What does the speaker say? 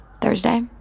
Thursday